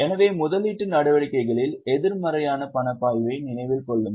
எனவே முதலீட்டு நடவடிக்கைகளின் எதிர்மறையான பணப்பாய்வை நினைவில் கொள்ளுங்கள்